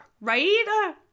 Right